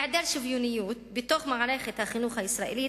העדר שוויוניות בתוך מערכת החינוך הישראלית,